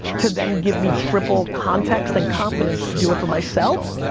to then give me triple context and confidence to do it for myself.